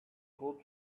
could